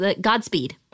Godspeed